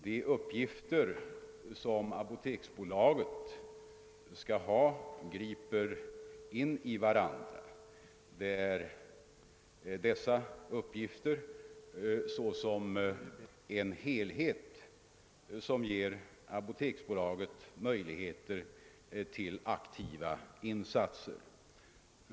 De uppgifter som apoteksbolaget skall ha griper in i varandra, och det är dessa uppgifter tillsammantagna som ger bolaget möjligheter till aktiva insatser.